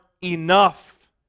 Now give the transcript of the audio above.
enough